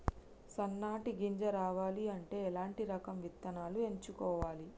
సన్నటి గింజ రావాలి అంటే ఎలాంటి రకం విత్తనాలు ఎంచుకోవాలి?